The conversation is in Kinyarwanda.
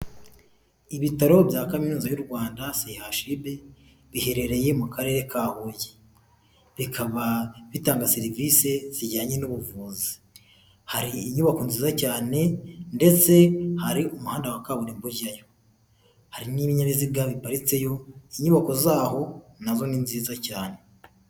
Ibitaro bya kaminuza y'u Rwanda CHUB, biherereye mu karere ka Huye, bikaba bitanga serivisi zijyanye n'ubuvuzi, hari inyubako nziza cyane ndetse hari umuhanda wa kaburimbo ujyayo, hari n'ibinyabiziga biparitse yo, inyubako zaho na zo ni nziza cyane.